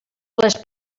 les